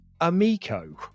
Amico